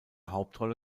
hauptrolle